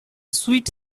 sweet